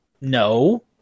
no